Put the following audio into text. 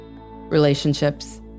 relationships